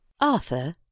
Arthur